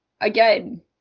again